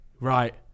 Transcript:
right